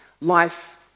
Life